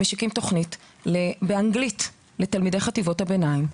אנחנו מתחילים תוכנית באנגלית לחטיבת הביניים,